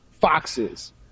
Foxes